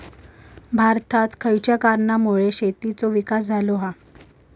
भारतात खयच्या कारणांमुळे शेतीचो विकास झालो हा?